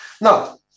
Now